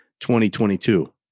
2022